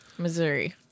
Missouri